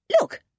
Look